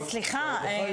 מיכל, סליחה.